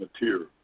material